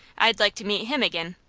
i'd like to meet him ag'in.